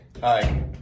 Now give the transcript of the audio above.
hi